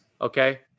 Okay